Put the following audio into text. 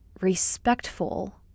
respectful